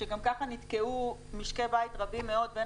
שגם ככה נתקעו משקי בית רבים מאוד בין